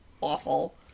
awful